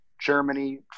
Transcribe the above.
Germany